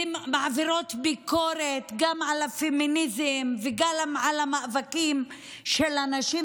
ומעבירות ביקורת גם על הפמיניזם וגם על המאבקים של הנשים,